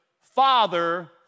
Father